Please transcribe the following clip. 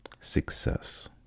success